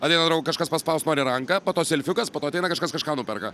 ateina kažkas paspaust nori ranką po to selfiukas po to ateina kažkas kažką nuperka